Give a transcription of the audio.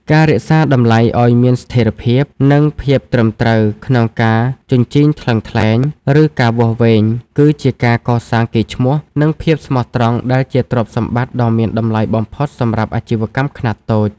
ការរក្សាតម្លៃឱ្យមានស្ថិរភាព និងភាពត្រឹមត្រូវក្នុងការជញ្ជីងថ្លឹងថ្លែង ឬការវាស់វែង គឺជាការកសាងកេរ្តិ៍ឈ្មោះ និងភាពស្មោះត្រង់ដែលជាទ្រព្យសម្បត្តិដ៏មានតម្លៃបំផុតសម្រាប់អាជីវកម្មខ្នាតតូច។